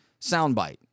soundbite